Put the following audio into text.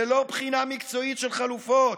ללא בחינה מקצועית של חלופות,